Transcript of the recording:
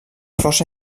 força